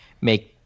make